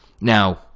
Now